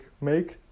make